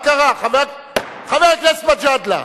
חבר הכנסת רותם,